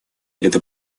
эта